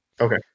Okay